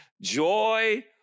joy